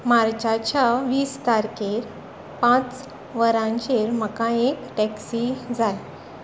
मार्चाच्या वीस तारखेर पांच वरांचेर म्हाका एक टॅक्सी जाय